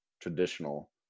traditional